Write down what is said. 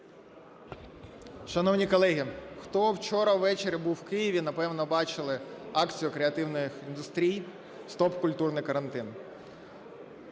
Шановні колеги, хто вчора увечері був у Києві, напевно, бачили акцію креативних індустрій "Стоп культурний карантин".